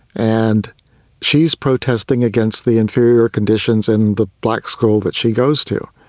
and she is protesting against the inferior conditions in the black school that she goes to.